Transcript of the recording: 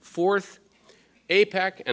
fourth apac and